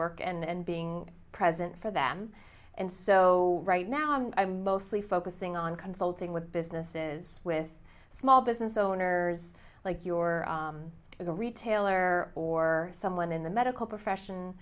work and being present for them and so right now i'm mostly focusing on consulting with businesses with small business owners like your a retailer or someone in the medical profession